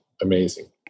Amazing